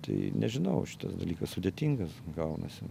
tai nežinau šitas dalykas sudėtingas gaunasi